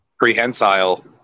Prehensile